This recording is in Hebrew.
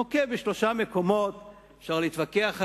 ונוקב בשלושה מקומות אפשר להתווכח עליהם,